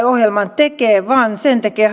ohjelman tekee vaan sen tekee